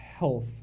health